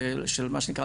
של מה שנקרא,